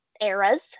eras